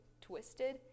twisted